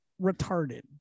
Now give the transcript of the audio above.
retarded